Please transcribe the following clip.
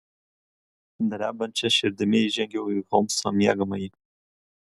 drebančia širdimi įžengiau į holmso miegamąjį